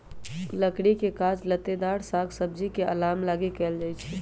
लकड़ी के काज लत्तेदार साग सब्जी के अलाम लागी कएल जाइ छइ